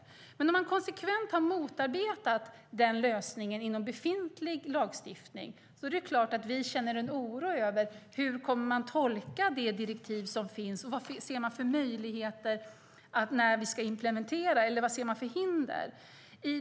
Men eftersom man konsekvent har motarbetat den lösningen inom befintlig lagstiftning är det klart att vi känner en oro över hur man kommer att tolka det direktiv som finns och över vilka möjligheter eller hinder man ser när det ska implementeras.